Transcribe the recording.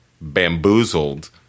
bamboozled